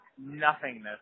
nothingness